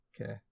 Okay